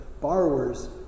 borrowers